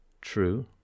true